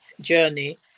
journey